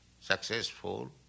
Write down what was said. successful